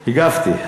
הגבתי.